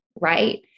right